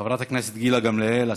חברת הכנסת גילה גמליאל,